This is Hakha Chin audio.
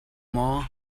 maw